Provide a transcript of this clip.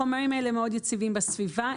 החומרים האלה מאוד יציבים בסביבה.